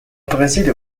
поразили